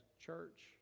church